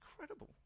Incredible